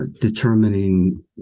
determining